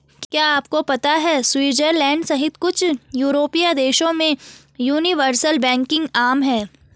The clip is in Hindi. क्या आपको पता है स्विट्जरलैंड सहित कुछ यूरोपीय देशों में यूनिवर्सल बैंकिंग आम है?